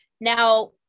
Now